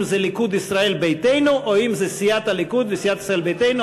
אם זה הליכוד, ישראל ביתנו או אם זה סיעת הליכוד וסיעת ישראל ביתנו.